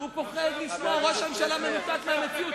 הוא מנותק מהמציאות.